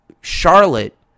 Charlotte